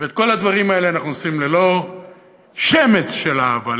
ואת כל הדברים האלה אנחנו עושים ללא שמץ של אהבה,